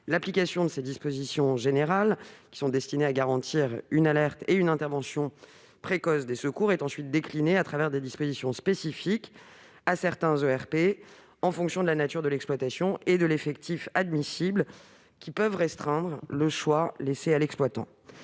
L'application de ces dispositions générales destinées à garantir une alerte et une intervention précoces des services de secours est ensuite déclinée selon des dispositions spécifiques à certains ERP, en fonction de la nature de l'exploitation et de l'effectif admissible, lesquels peuvent restreindre le choix laissé à l'exploitant.